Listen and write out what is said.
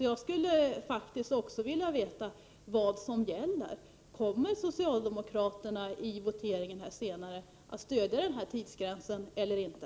Jag skulle således faktiskt vilja veta vad som gäller. Kommer socialdemokraterna i den votering som senare följer att stödja förslaget om tidsgränsen eller inte?